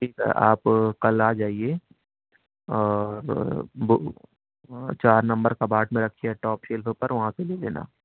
ٹھیک ہے آپ کل آ جائیے اور بک چار نمبر کپبورڈ میں رکھی ہے ٹاپ شلف کے اوپر وہاں سے لے لینا